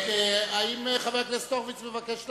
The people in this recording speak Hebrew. האם חבר הכנסת הורוביץ מבקש להשיב?